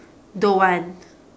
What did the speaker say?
don't want